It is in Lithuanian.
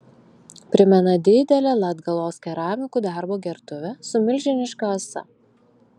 primena didelę latgalos keramikų darbo gertuvę su milžiniška ąsa